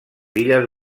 illes